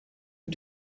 für